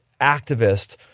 Activist